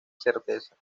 certeza